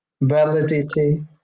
validity